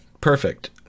perfect